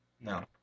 No